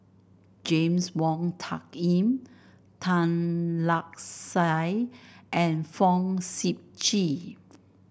James Wong Tuck Yim Tan Lark Sye and Fong Sip Chee